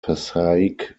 passaic